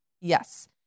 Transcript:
yes